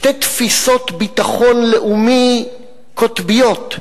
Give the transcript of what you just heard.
שתי תפיסות ביטחון לאומי קוטביות,